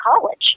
college